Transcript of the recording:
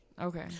Okay